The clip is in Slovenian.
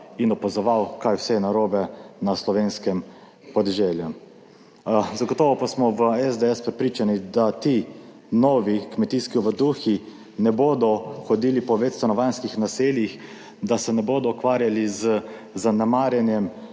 in opazoval, kaj vse je narobe na slovenskem podeželju? Zagotovo pa smo v SDS prepričani, da ti novi kmetijski ovaduhi ne bodo hodili po večstanovanjskih naseljih, da se ne bodo ukvarjali z zanemarjanjem